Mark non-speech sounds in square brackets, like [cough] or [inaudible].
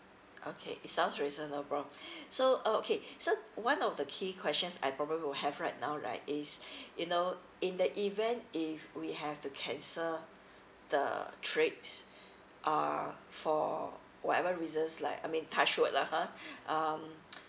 okay it sounds reasonable [breath] so okay so one of the key questions I probably would have right now right is [breath] you know in the event if we have to cancel the trips uh for whatever reasons like I mean touch wood lah ha [breath] um